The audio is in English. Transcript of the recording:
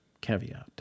caveat